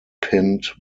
pinned